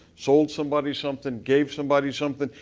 sold somebody something, gave somebody something.